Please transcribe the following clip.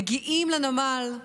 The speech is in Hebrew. מגיעים לנמל,